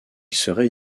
serait